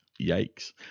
Yikes